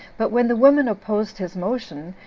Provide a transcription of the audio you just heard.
but when the woman opposed his motion,